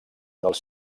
dels